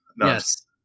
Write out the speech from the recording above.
Yes